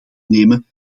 nemen